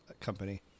company